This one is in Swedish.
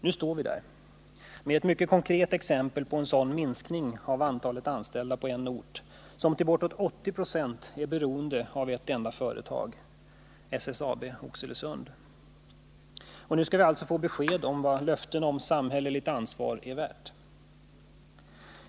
Nu står vi där med ett mycket konkret exempel på en sådan minskning av antalet anställda på en ort som till bortåt 80 26 är beroende av ett enda företag: SSAB Oxelösund. Nu skall vi alltså få besked om vad löften om samhälleligt ansvar är värda.